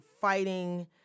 fighting